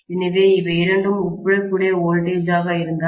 எனவே இவை இரண்டும் ஒப்பிடக்கூடிய வோல்டேஜ் ஆக இருந்தால்